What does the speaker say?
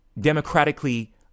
democratically